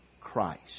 Christ